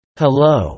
hello